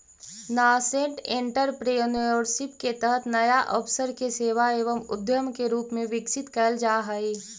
nascent entrepreneurship के तहत नया अवसर के सेवा एवं उद्यम के रूप में विकसित कैल जा हई